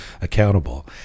accountable